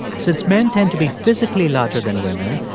since men tend to be physically larger than women,